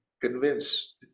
convinced